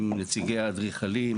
עם נציגי האדריכלים,